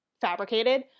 fabricated